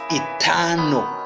eternal